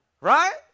Right